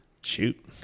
Shoot